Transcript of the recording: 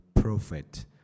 prophet